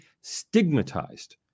stigmatized